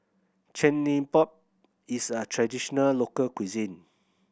chigenabe is a traditional local cuisine